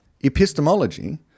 Epistemology